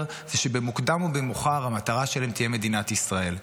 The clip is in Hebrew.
זה שבמוקדם או במאוחר המטרה שלהם תהיה מדינת ישראל.